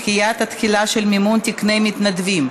דחיית התחילה של מימון תקני מתנדבים),